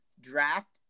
draft